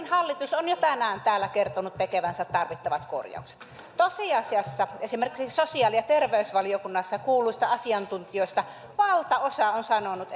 hallitus on jo tänään täällä kertonut tekevänsä tarvittavat korjaukset tosiasiassa esimerkiksi sosiaali ja terveysvaliokunnassa kuulluista asiantuntijoista valtaosa on sanonut